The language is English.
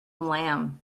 lamb